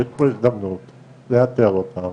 אז יש פה הזדמנות לאתר אותם